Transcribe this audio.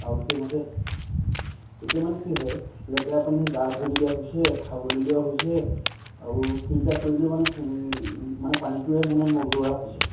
আৰু সেইমতে এতিয়া মানে কি হয় লেতেৰা পানী গা ধুবলগীয়া হৈছে খাবলগীয়া হৈছে আৰু ফিল্টাৰ কৰিলেও মানে মানে পানীটোৱে নোজোৰাই হৈছে